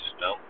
No